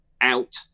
out